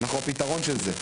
אנחנו הפתרון של זה.